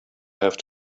have